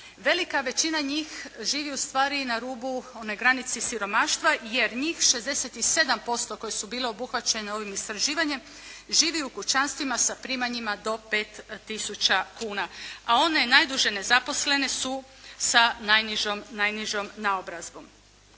Velika većina njih živi ustvari na rubu one granice siromaštva, jer njih 67% koje su bile obuhvaćene ovim istraživanjem, živi u kućanstvima sa primanjima do 5 tisuća kuna, a one najduže nezaposlene su sa najnižom naobrazbom.